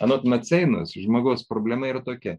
anot maceinos žmogaus problema yra tokia